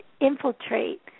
infiltrate